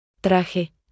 traje